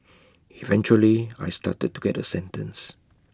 eventually I started to get A sentence